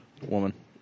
woman